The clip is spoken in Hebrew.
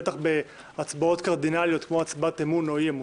בטח בהצבעות קרדינליות כמו הצבעת אמון או אי-אמון.